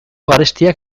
garestiak